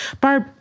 Barb